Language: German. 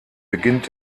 beginnt